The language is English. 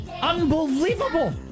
Unbelievable